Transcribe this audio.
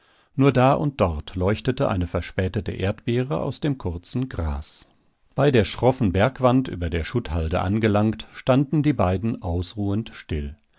nur da und dort leuchtete eine verspätete erdbeere aus dem kurzen gras bei der schroffen bergwand über der schutthalde angelangt standen die beiden ausruhend still